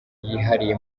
yihariye